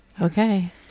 okay